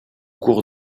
cours